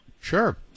Sure